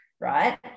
right